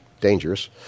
dangerous